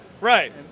Right